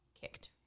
kicked